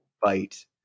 fight